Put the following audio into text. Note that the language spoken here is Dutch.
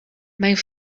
mijn